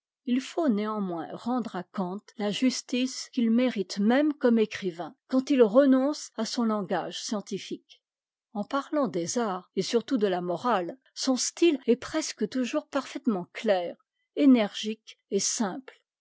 h faut néanmoins rendre à kant la justice qu'il mérite même comme écrivain quand il renonce à son langage scientifique en parlant des arts et surtout de la morale son style est presque toujours parfaitement clair énergique et simple